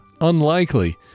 unlikely